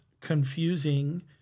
confusing